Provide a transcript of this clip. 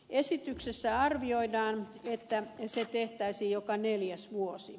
esityksessä arvioidaan että se tehtäisiin joka neljäs vuosi